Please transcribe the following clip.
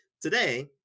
Today